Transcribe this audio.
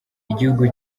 igihugu